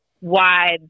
wide